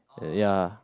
ya